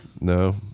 No